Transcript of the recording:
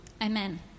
Amen